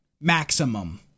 Maximum